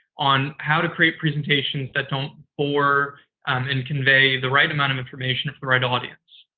on how to create presentations that don't bore and convey the right amount of information for the right audience.